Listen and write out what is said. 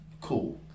Cool